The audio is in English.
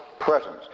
presence